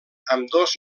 ambdós